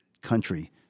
country